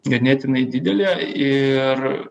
ganėtinai didelė ir